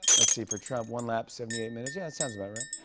let's see. for trump, one lap, seventy eight minutes? yeah, that sounds about right.